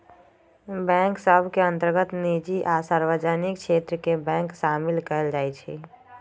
bank सभ के अंतर्गत निजी आ सार्वजनिक क्षेत्र के बैंक सामिल कयल जाइ छइ